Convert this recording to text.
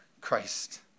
Christ